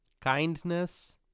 kindness